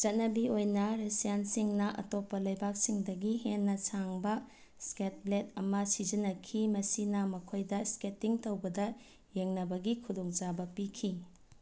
ꯆꯠꯅꯕꯤ ꯑꯣꯏꯅ ꯔꯁꯤꯌꯥꯟꯁꯤꯡꯅ ꯑꯇꯣꯞꯄ ꯂꯩꯕꯥꯛꯁꯤꯡꯗꯒꯤ ꯍꯦꯟꯅ ꯁꯥꯡꯕ ꯁ꯭ꯀꯦꯠ ꯕ꯭ꯂꯦꯠ ꯑꯃ ꯁꯤꯖꯤꯟꯅꯈꯤ ꯃꯁꯤꯅ ꯃꯈꯣꯏꯗ ꯏꯁꯀꯦꯇꯤꯡ ꯇꯧꯕꯗ ꯌꯦꯡꯅꯕꯒꯤ ꯈꯨꯗꯣꯡ ꯆꯥꯕ ꯄꯤꯈꯤ